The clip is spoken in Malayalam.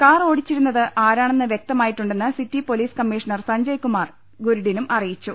കാർ ഓടിച്ചിരുന്നത് ആരാണെന്ന് വ്യക്തമായിട്ടുണ്ടെന്ന് city police commissioner Sanjay Kumar Gurudin അറിയിച്ചു